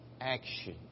action